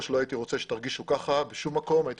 שלא הייתי רוצה שתרגישו כך בשום מקום אלא הייתי